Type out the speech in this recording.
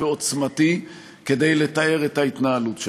ועוצמתי כדי לתאר את ההתנהלות שלכם.